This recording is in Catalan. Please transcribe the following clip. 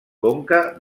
conca